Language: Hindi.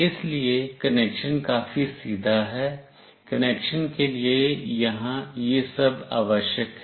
इसलिए कनेक्शन काफी सीधा है कनेक्शन के लिए यहां यह सब आवश्यक है